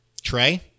Trey